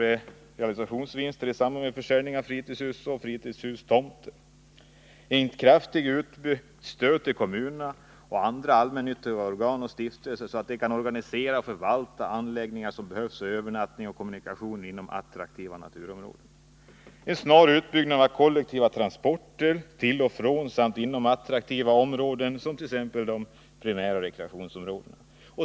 Ett kraftigt utbyggt stöd till kommunerna och andra allmännyttiga organ och stiftelser, så att de kan organisera och förvalta de anläggningar som behövs för övernattning och kommunikationer inom attraktiva naturområden.